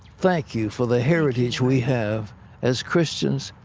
thank you for the heritage we have as christians.